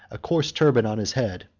a coarse turban on his head,